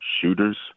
shooters